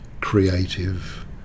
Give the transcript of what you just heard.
creative